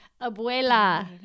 abuela